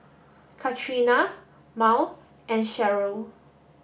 Katrina Mal and Cheryll